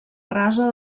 rasa